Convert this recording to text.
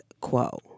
quo